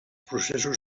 processos